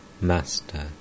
Master